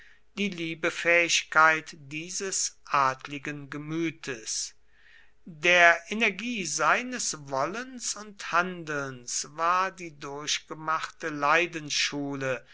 die liebefähigkeit dieses adligen gemütes der energie seines wollens und handelns war die durchgemachte